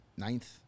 Ninth